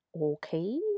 Okay